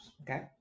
okay